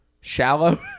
Shallow